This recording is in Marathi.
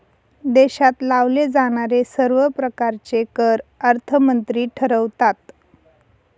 देशात लावले जाणारे सर्व प्रकारचे कर अर्थमंत्री ठरवतात